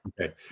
okay